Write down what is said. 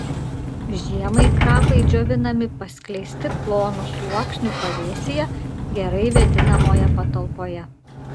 žiemai krapai džiovinami paskleisti plonu sluoksniu pavėsyje gerai vėdinamoje patalpoje